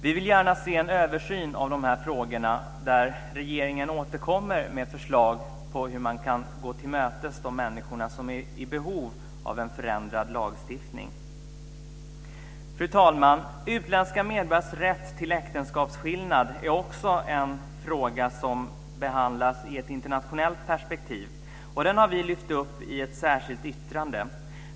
Vi vill gärna se en översyn av de här frågorna, där regeringen återkommer med förslag på hur man kan gå till mötes de människor som är i behov av en förändrad lagstiftning. Fru talman! Utländska medborgares rätt till äktenskapsskillnad är också en fråga som behandlas i ett internationellt perspektiv. Den har vi lyft upp i ett särskilt yttrande.